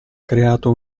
creato